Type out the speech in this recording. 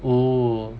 oo